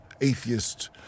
atheist